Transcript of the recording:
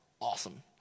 Awesome